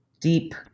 Deep